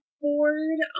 board